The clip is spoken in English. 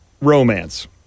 Romance